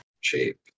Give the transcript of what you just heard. Shape